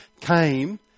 came